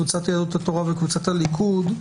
קבוצת יהדות התורה וקבוצת הליכוד,